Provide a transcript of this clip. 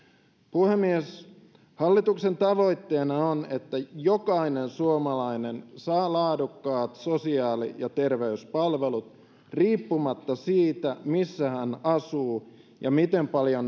puhemies hallituksen tavoitteena on että jokainen suomalainen saa laadukkaat sosiaali ja terveyspalvelut riippumatta siitä missä hän asuu ja miten paljon